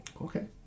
okay